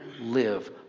live